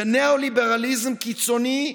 זה ניאו-ליברליזם קיצוני,